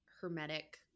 hermetic